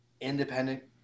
independent